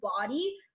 body